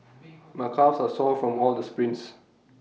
my calves are sore from all the sprints